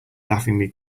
laughingly